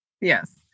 yes